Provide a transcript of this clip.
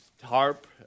TARP